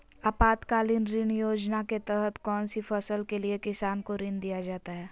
आपातकालीन ऋण योजना के तहत कौन सी फसल के लिए किसान को ऋण दीया जाता है?